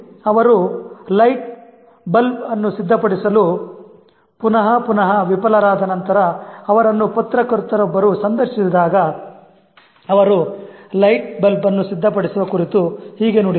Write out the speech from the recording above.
ಅವರು light bulb ಅನ್ನು ಸಿದ್ಧಪಡಿಸಲು ಪುನಹ ಪುನಹ ವಿಫಲರಾದ ನಂತರ ಅವರನ್ನು ಪತ್ರಕರ್ತರೊಬ್ಬರು ಸಂದರ್ಶಿಸಿದಾಗ ಅವರು light bulb ಅನ್ನು ಸಿದ್ಧಪಡಿಸುವ ಕುರಿತು ಹೀಗೆ ನುಡಿದರು